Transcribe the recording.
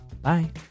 Bye